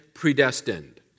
predestined